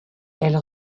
elle